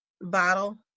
bottle